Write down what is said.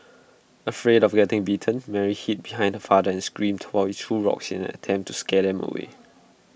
afraid of getting bitten Mary hid behind her father and screamed while he threw rocks in an attempt to scare them away